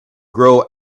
grow